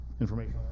information